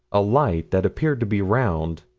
a light that appeared to be round,